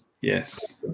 Yes